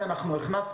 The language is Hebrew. ואיכותי.